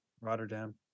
Rotterdam